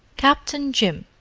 captain jim,